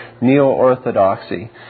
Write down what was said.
Neo-Orthodoxy